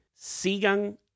sigan